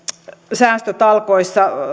säästötalkoissa